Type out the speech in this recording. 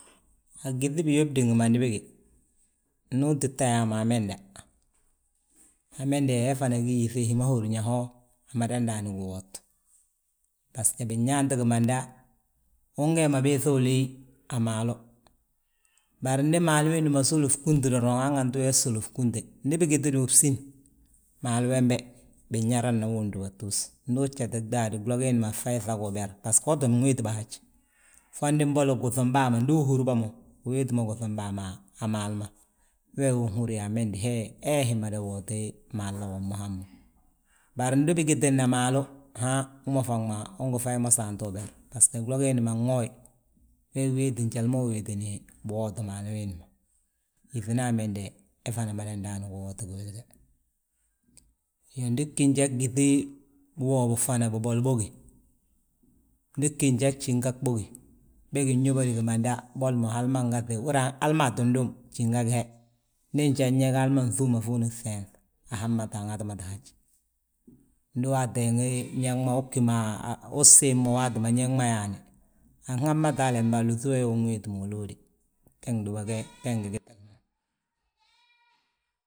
A gyíŧi biyóbdin gimandi bége, ndu utitta yaa mo amenda, amendi he, he fana gí yíŧe hi ma húri yaa ho, amada ndaani guwoot. Basgo binyaanti gimanda, ugee ma biiŧa uleey, a maalu. Bari ndi maalu wiindi ma sulu fngúnti doroŋ, hanganti wii ssuli fngúnte, ndi bigitidi wi bsín, maalu wembe inyaradna wi undúbatus. Ndu ujeti udaad, glo giindi ma fayi ŧagu umber, basgo uu tti wéeti bà haj. Fondi mbolo guŧim bàa ma ndu uhúri bà mo, uwéeti mo guŧim bàa ma a maalu ma. Wee wi unhúri yaa amenda he, hee hi mada wooti maalda wommu hammu. Bari ndi bigitidna maalu ha hú ma faŋ ma ungi fayi mo saanti uber, basgo glo giindi ma nwooye. We wéeti njali ma uwéetini biwootu maalu wiindi ma, yíŧina amendi he, he fana mada ndaani giwoot giwili ge. Iyoo, ndi bgí njan gyíŧi biwoo wo fana biboli bógi. Ndi bgí njan jíngab bógi, begi nyóbodi gimanda, boli mo hali ma ngaŧi, húra hali maa tti dum, jígab he ndi njali ñég hali ma nfuu ma fuuni ŧeenŧ habamate aŋatimate haj. Ndi wa ateengin ñég ma, uu ssiim waati ma ñég ma yaani anhabmate halembe, alúŧi wee wi unwéeti ma uwóode ge gdúba ge ngi gitili mo